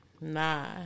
Nah